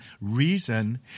reason